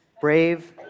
brave